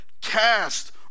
Cast